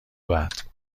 بعد